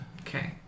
Okay